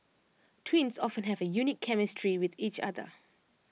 twins often have A unique chemistry with each other